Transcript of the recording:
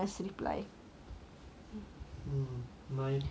mm my petty reason I guess err